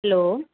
hello